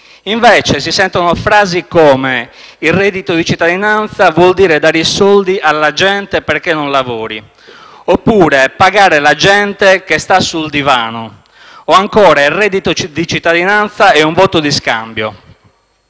si sentono frasi quali «reddito di cittadinanza vuol dire dare i soldi alla gente perché non lavori» oppure «pagare la gente che sta sul divano» o ancora «il reddito di cittadinanza è un voto di scambio».